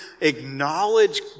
acknowledge